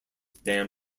dam